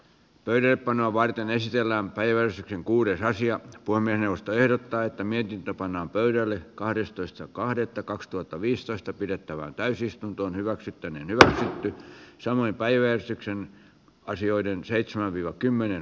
verepanoa varten ei siellä ajoissa kuuden rasia puomien jaosto ehdottaa että mihin pannaan pöydälle kahdestoista kahdet takacs tuota viistosta pidettävään täysistuntoon hyväksytty niin hyvä samoin päiväystyksen asioiden seitsemän viro kymmenen